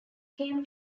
came